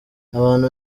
abantu